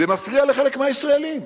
זה מפריע לחלק מהישראלים.